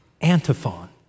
antiphon